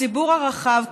הציבור הרחב,